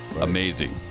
Amazing